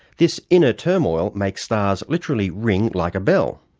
this inner turmoil makes stars literally ring like a bell.